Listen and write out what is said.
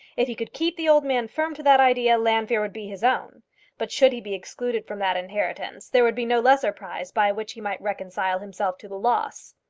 if he could keep the old man firm to that idea, llanfeare would be his own but should he be excluded from that inheritance, there would be no lesser prize by which he might reconcile himself to the loss.